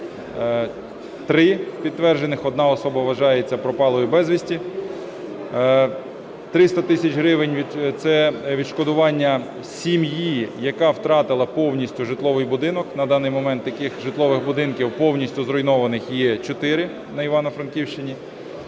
три підтверджених. Одна особа вважається пропалою безвісті. 300 тисяч гривень це відшкодування сім'ї, яка втратила повністю житловий будинок. На даний момент таких житлових будинків повністю зруйнованих є чотири на Івано-Франківщині.